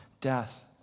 death